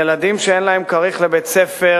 ילדים שאין להם כריך לבית-ספר,